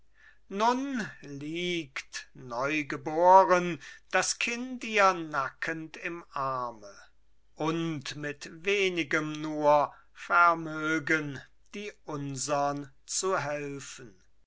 liegt neugeboren das kind ihr nackend im arme und mit wenigem nur vermögen die unsern zu helfen